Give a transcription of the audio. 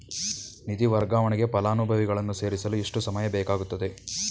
ನಿಧಿ ವರ್ಗಾವಣೆಗೆ ಫಲಾನುಭವಿಗಳನ್ನು ಸೇರಿಸಲು ಎಷ್ಟು ಸಮಯ ಬೇಕಾಗುತ್ತದೆ?